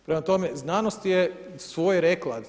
Prema tome, znanost je svoje rekla.